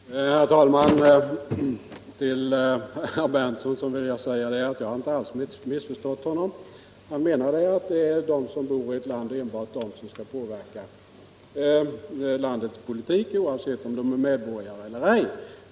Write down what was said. Nr 80 Herr talman! Till herr Berndtson vill jag säga att jag inte alls har miss Torsdagen den förstått honom. Han menar att det enbart är de som bor i ett land som 11 mars 1976 skall påverka ett lands politik, oavsett om de är medborgare i detta land I eller inte.